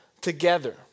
together